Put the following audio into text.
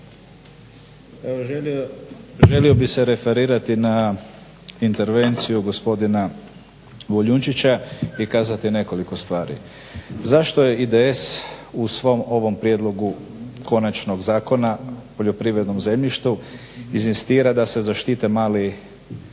Želio bih se referirati na intervenciju gospodina Boljunčića i kazati nekoliko stvari. Zašto je IDS u svom ovom prijedlogu konačnog zakona poljoprivrednom zemljištu inzistira da se zaštite mala